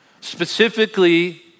Specifically